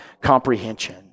comprehension